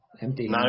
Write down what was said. Empty